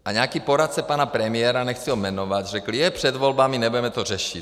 A nějaký poradce pana premiéra nechci ho jmenovat řekl, je před volbami, nebudeme to řešit.